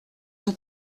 vous